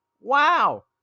Wow